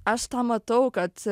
aš matau kad